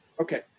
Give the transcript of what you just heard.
Okay